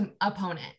opponent